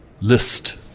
list